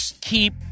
keep